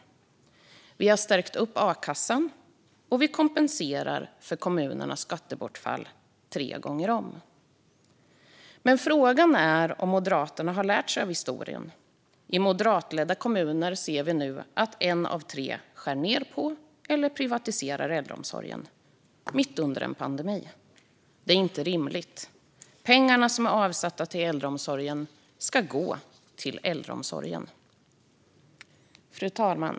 Vi har förstärkt a-kassan, och vi kompenserar för kommunernas skattebortfall tre gånger om. Men frågan är om Moderaterna har lärt sig av historien. I moderatledda kommuner ser vi nu att en av tre skär ned på eller privatiserar äldreomsorgen, mitt under en pandemi. Det är inte rimligt! Pengar som är avsatta till äldreomsorgen ska gå till äldreomsorgen. Fru talman!